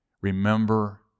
Remember